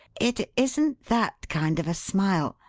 it isn't that kind of a smile.